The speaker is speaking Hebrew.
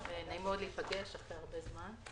נעים מאוד להיפגש אחרי הרבה זמן.